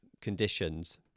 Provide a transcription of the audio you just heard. conditions